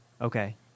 Okay